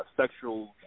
sexual